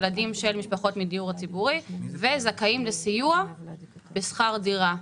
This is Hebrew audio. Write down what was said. ילדים של משפחות מהדיור הציבורי וזכאים לסיוע בשכר דירה,